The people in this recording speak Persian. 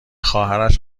خواهرش